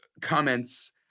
comments